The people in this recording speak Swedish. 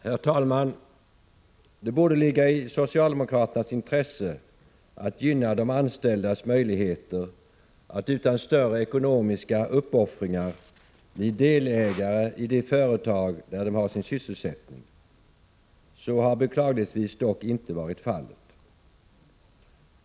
Herr talman! Det borde ligga i socialdemokraternas intresse att gynna de anställdas möjligheter att utan större ekonomiska uppoffringar bli delägare i de företag där de har sin sysselsättning. Så har beklagligtvis dock inte varit fallet.